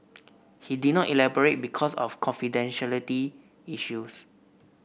he did not elaborate because of confidentiality issues